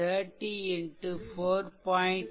84 145